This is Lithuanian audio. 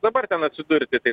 dabar ten atsidurti tai